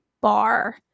bar